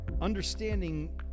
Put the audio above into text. understanding